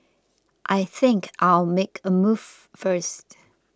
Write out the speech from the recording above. I think I'll make a move first